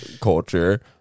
culture